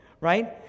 right